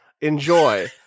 Enjoy